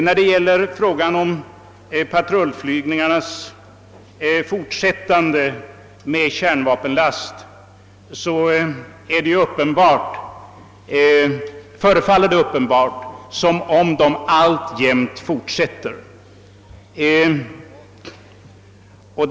När det gäller frågan huruvida patrullflygningarna med kärnvapenlast fortsätter, förefaller det som om de alltjämt gör det.